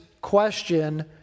question